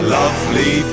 lovely